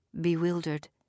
bewildered